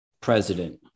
president